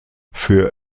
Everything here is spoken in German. für